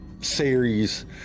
series